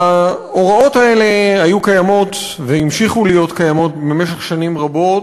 ההוראות האלה היו קיימות והמשיכו להיות קיימות במשך שנים רבות,